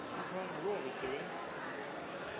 kva han ikkje